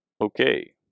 Okay